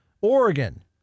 Oregon